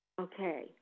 Okay